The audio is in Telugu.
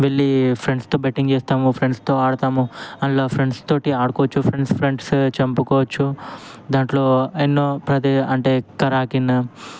వెళ్ళీ ఫ్రెండ్స్తో బెట్టింగేస్తాము ఫ్రెండ్స్తో ఆడతాము అలా ఫ్రెండ్స్తోటి ఆడుకోచ్చు ఫ్రెండ్స్ ఫ్రెండ్స్ చంపుకోచ్చు దాంట్లో ఎన్నో ప్రదే అంటే కరాకిన్